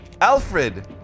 Alfred